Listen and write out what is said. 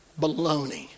baloney